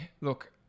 look